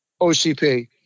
OCP